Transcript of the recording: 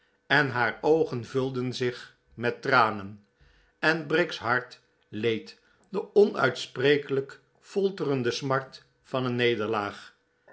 en haar oogen vulden zich met tranen en briggs hart leed de onuitsprekelijk folterende smart van een nederlaag